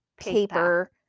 paper